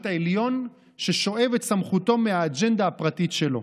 עליון ששואב את סמכותו מהאג'נדה הפרטית שלו.